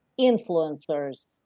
influencers